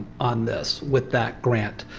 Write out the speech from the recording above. on this. with that grant.